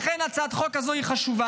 לכן הצעת החוק הזו חשובה.